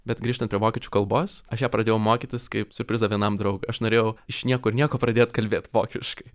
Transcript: bet grįžtant prie vokiečių kalbos aš ją pradėjau mokytis kaip siurprizą vienam draugui aš norėjau iš niekur nieko pradėt kalbėti vokiškai